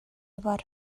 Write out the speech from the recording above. бар